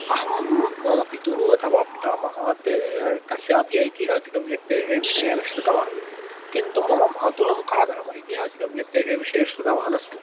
अहं मम पितुः अथवा पितामहात् कस्यापि ऐतिहासिकव्यक्तेः विषयान् श्रुतवान् किन्तु मम मातुलमुखात् अहम् ऐतिहासिकव्यक्तेः विषये श्रुतवान् अस्मि